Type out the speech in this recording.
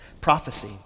prophecy